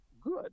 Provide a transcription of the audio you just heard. good